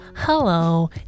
hello